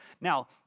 Now